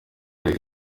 ariko